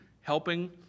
helping